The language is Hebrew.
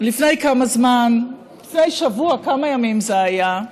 לפני כמה זמן, לפני שבוע, כמה ימים זה היה?